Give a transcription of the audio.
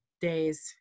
days